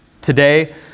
Today